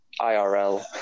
IRL